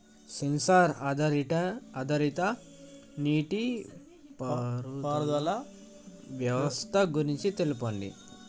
Censor ఆధారిత నీటిపారుదల వ్యవస్థ గురించి తెల్పండి?